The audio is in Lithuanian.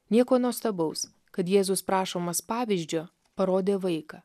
nieko nuostabaus kad jėzus prašomas pavyzdžio parodė vaiką